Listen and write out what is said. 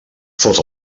fos